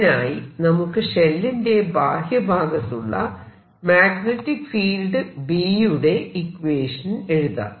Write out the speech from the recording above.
അതിനായി നമുക്ക് ഷെല്ലിന്റെ ബാഹ്യഭാഗത്തുള്ള മാഗ്നെറ്റിക് ഫീൽഡ് B യുടെ ഇക്വേഷൻ എഴുതാം